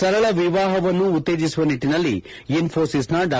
ಸರಳ ವಿವಾಹವನ್ನು ಉತ್ತೇಜಿಸುವ ನಿಟ್ಟಿನಲ್ಲಿ ಇನ್ತೋಸಿಸ್ನ ಡಾ